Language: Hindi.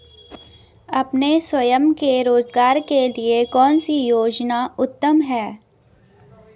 अपने स्वयं के रोज़गार के लिए कौनसी योजना उत्तम है?